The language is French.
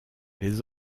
les